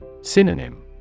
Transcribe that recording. Synonym